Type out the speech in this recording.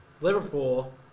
Liverpool